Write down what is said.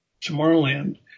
Tomorrowland